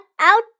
out